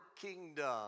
kingdom